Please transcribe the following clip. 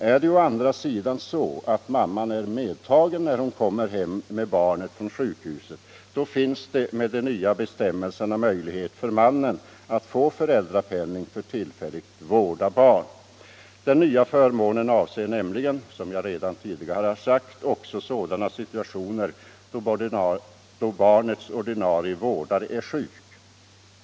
Är det å andra sidan så att mamman är medtagen när hon kommer hem med barnet från sjukhuset, så finns det med de nya bestämmelserna möjlighet för mannen att få föräldrapenning för tillfällig vård av barn. Den nya förmånen avser nämligen, som jag tidigare har sagt, också sådana situationer där barnets ordinarie vårdare är sjuk.